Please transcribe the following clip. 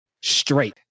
straight